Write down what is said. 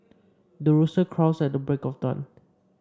the rooster crows at the break of dawn